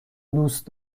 دوست